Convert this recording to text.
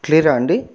క్లియరా అండి